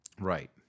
Right